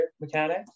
mechanic